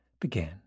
began